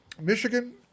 Michigan